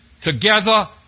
Together